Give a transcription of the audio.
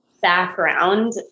background